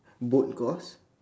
boat course